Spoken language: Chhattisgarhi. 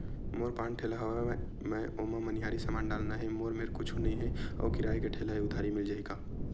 मोर पान ठेला हवय मैं ओमा मनिहारी समान डालना हे मोर मेर कुछ नई हे आऊ किराए के ठेला हे उधारी मिल जहीं का?